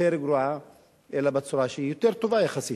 גרועה אלא בצורה שהיא יותר טובה יחסית.